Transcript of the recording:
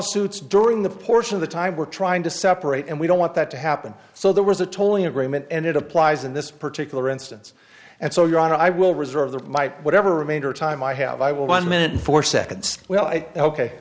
suits during the portion of the time we're trying to separate and we don't want that to happen so there was a tolling agreement and it applies in this particular instance and so your honor i will reserve that my whatever remainder time i have i will one minute and four seconds well